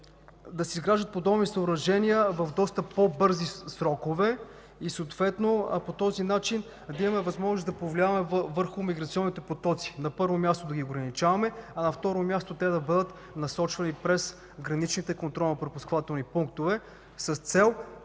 да се изграждат подобни съоръжения в доста по-бързи срокове и съответно по този начин да имаме възможност да повлияваме върху миграционните потоци. На първо място, да ги ограничаваме, а на второ място, да бъдат насочвани през граничните контролно-пропускателни пунктове, с цел